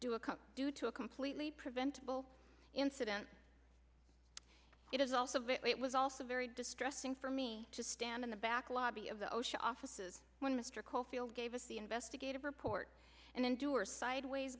come due to a completely preventable incident it is also it was also very distressing for me to stand in the back lobby of the ocean offices when mr caulfield gave us the investigative report and endure sideways